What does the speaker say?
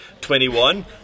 21